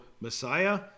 Messiah